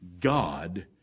God